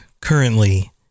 currently